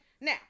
Now